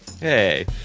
Hey